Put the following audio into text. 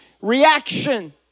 reaction